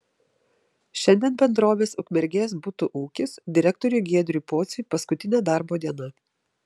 šiandien bendrovės ukmergės butų ūkis direktoriui giedriui pociui paskutinė darbo diena